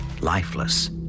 Lifeless